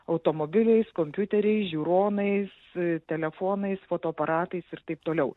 automobiliais kompiuteriais žiūronais telefonais fotoaparatais ir taip toliau